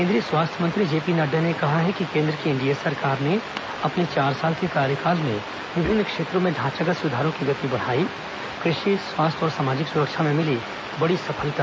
केंद्रीय स्वास्थ्य मंत्री जेपी नड़डा ने कहा है कि केंद्र की एनडीए सरकार ने अपने चार साल के कार्यकाल में विभिन्न क्षेत्रों में ढांचागत सुधारों की गति बढ़ाई कृषि स्वास्थ्य और सामाजिक सुरक्षा में मिली बड़ी सफलता